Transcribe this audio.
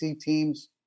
teams